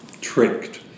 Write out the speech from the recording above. tricked